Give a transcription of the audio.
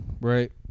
right